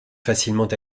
facilement